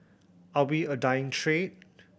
are we a dying trade